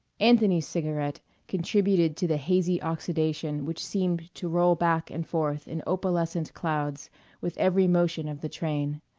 anthony's cigarette contributed to the hazy oxidation which seemed to roll back and forth in opalescent clouds with every motion of the train.